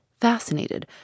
fascinated